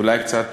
אולי קצת